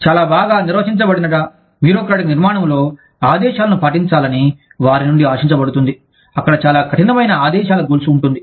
చాలా బాగా నిర్వచించబడిన బ్యూరోక్రాటిక్నిర్మాణంలో ఆదేశాలను పాటించాలని వారి నుండి ఆశించబడుతుంది అక్కడ చాలా కఠినమైన ఆదేశాల గొలుసు ఉంటుంది